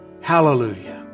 Hallelujah